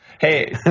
Hey